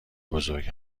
بزرگ